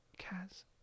Kaz